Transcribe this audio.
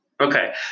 Okay